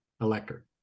elector